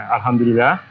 Alhamdulillah